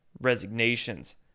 resignations